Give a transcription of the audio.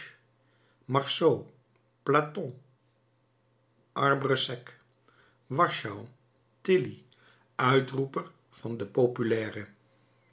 marceau platon arbre sec warschau tilly uitroeper van den populaire